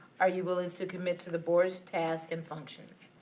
are you willing to commit to the boards tasks and functions?